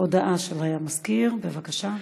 הודעה של המזכיר, בבקשה.